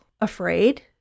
afraid